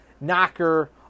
knocker